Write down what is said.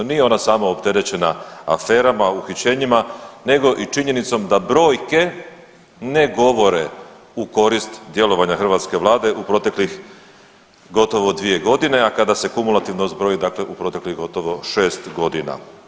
Nije ona samo opterećena aferama, uhićenjima, nego i činjenicom da brojke ne govore u korist djelovanja hrvatske Vlade u proteklih gotovo 2 godine, a kada se kumulativno zbroji, dakle u proteklih gotovo 6 godina.